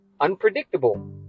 unpredictable